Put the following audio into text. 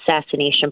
assassination